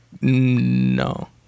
no